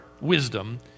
wisdom